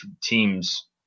teams